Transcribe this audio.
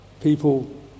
people